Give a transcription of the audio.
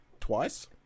twice